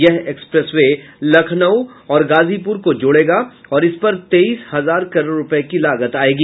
यह expressway Lucknow और गाजीपुर को जोड़ेगा और इस पर तेईस हजार करोड़ रुपये की लागत आएगी